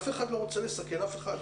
אף אחד לא רוצה לסכן אף אחד,